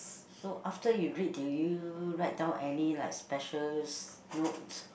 so after you read do you write down any like specials note